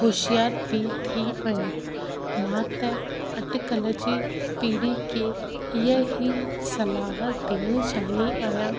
होशियार बि थी आहियां मां त अॼुकल्ह जी पीड़ी खे इहा ई सलाह ॾियणु चाहिंदी आहियां